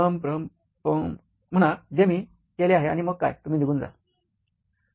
पम प्रम पम म्हणा जे मी केले आहे आणि मग काय तुम्ही निघून जा